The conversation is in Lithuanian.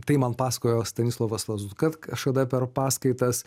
tai man pasakojo stanislovas lazutka kažkada per paskaitas